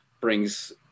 brings